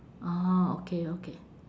orh okay okay